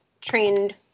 trained